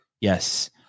Yes